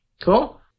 Cool